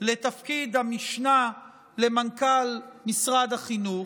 לתפקיד המשנה למנכ"ל משרד החינוך.